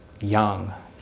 young